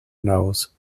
nose